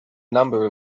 number